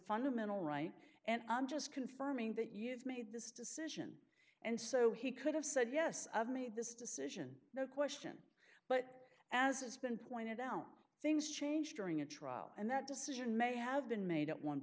fundamental right and i'm just confirming that you've made this decision and so he could have said yes i've made this decision no question but as has been pointed out things change during a trial and that decision may have been made at one